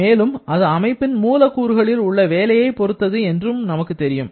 மேலும் அது அமைப்பின் மூலக்கூறுகளில் உள்ள வேலையை பொறுத்தது என்றும் நமக்கு தெரியும்